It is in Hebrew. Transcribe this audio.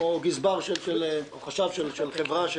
כמו גזבר או חשב של חברה,